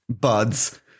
buds